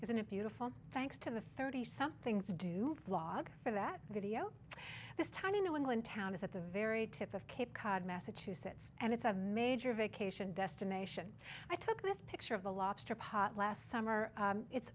isn't it beautiful thanks to the thirty somethings do blog for that video this tiny new england town is at the very tip of cape cod massachusetts and it's a major vacation destination i took this picture of the lobster pot last summer it's